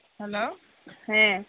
hello ᱦᱮᱸ hello ᱦᱮᱸ